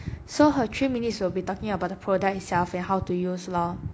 so her three minutes will be talking about the product itself and how to use lor